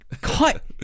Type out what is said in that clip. cut